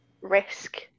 risk